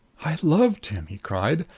i loved him! he cried.